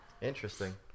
Interesting